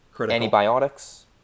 Antibiotics